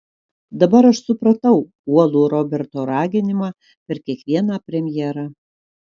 dabar aš supratau uolų roberto raginimą per kiekvieną premjerą